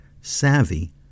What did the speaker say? savvy